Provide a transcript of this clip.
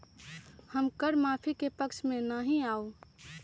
हम कर माफी के पक्ष में ना ही याउ